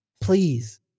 Please